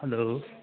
hello